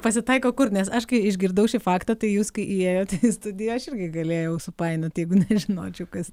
pasitaiko kur nes aš kai išgirdau šį faktą tai jūs kai įėjot į studiją aš irgi galėjau supainioti jeigu žinočiau kas